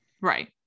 right